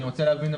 אני רוצה להבין,